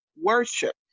worship